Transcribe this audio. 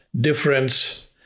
difference